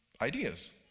ideas